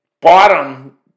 bottom